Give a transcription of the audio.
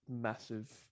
massive